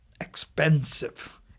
expensive